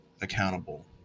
accountable